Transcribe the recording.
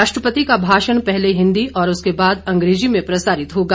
राष्ट्रपति का भाषण पहले हिंदी और उसके बाद अंग्रेजी में प्रसारित होगा